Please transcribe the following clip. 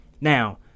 now